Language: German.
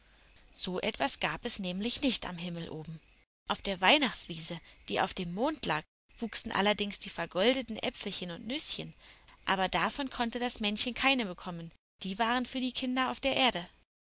so etwas gab es nämlich nicht am himmel oben auf der weihnachtswiese die auf dem mond lag wuchsen allerdings die vergoldeten äpfelchen und nüßchen aber davon konnte das männchen keine bekommen die waren für die kinder auf der erde